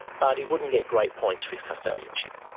but he wouldn't get great points for his custodianship.